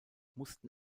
mussten